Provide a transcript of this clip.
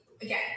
again